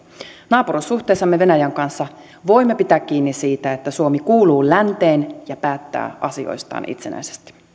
naapuruussuhteissamme venäjän kanssa voimme pitää kiinni siitä että suomi kuuluu länteen ja päättää asioistaan itsenäisesti